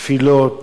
תפילות.